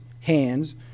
hands